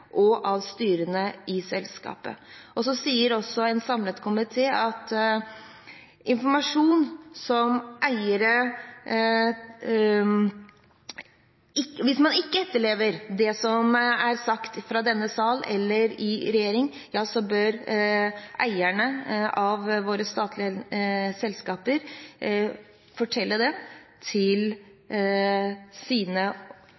og av styrene i selskapet. En samlet komité sier også at hvis man ikke etterlever det som er sagt fra denne sal, eller i regjering, bør eierne av våre statlige selskaper fortelle det til sine